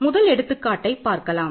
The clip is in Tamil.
முதல் எடுத்துக்காட்டை பார்க்கலாம்